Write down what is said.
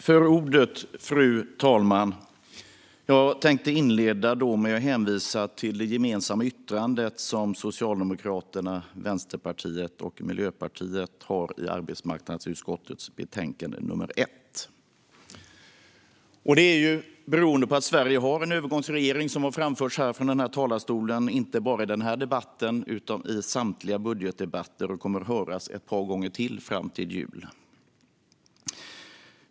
Fru talman! Jag inleder med att hänvisa till det gemensamma yttrande som Socialdemokraterna, Vänsterpartiet och Miljöpartiet har i arbetsmarknadsutskottets betänkande nr 1. Detta beror på att Sverige har en övergångsregering, vilket har framförts från denna talarstol inte bara i denna debatt utan i samtliga budgetdebatter och kommer att höras ett par gånger till fram till jul.